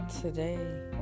today